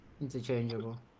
Interchangeable